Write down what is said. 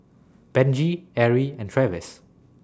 Benji Erie and Travis